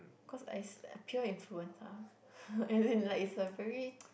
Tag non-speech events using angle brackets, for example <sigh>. cause I s~ peer influence ah <breath> as in like it's a very <noise>